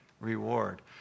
reward